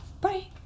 bye